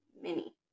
Mini